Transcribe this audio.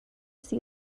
see